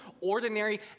ordinary